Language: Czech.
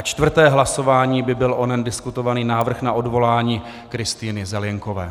Čtvrté hlasování by byl onen diskutovaný návrh na odvolání Kristýny Zelienkové.